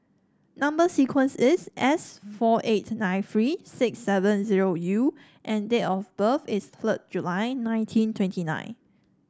number sequence is S four eight nine three six seven zero U and date of birth is third July nineteen twenty nine